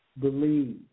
believe